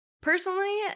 personally